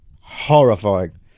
Horrifying